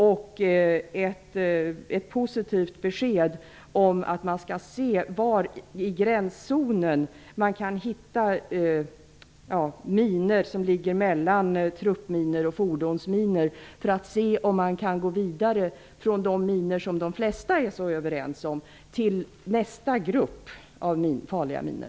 Jag vill också ha ett positivt besked om att man skall se var i gränszonen man kan hitta minor som är ett mellanting mellan truppminor och fordonsminor för att se om man gå vidare från de minor som de flesta är så överens om till till nästa grupp av farliga minor.